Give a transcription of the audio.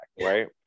right